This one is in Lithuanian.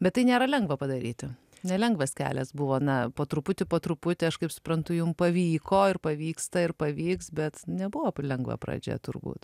bet tai nėra lengva padaryti nelengvas kelias buvo na po truputį po truputį aš kaip suprantu jum pavyko ir pavyksta ir pavyks bet nebuvo lengva pradžia turbūt